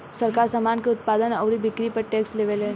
सरकार, सामान के उत्पादन अउरी बिक्री पर टैक्स लेवेले